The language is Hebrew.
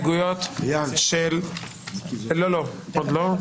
להסתייגויות --- עוד לא,